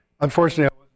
Unfortunately